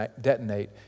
detonate